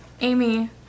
Amy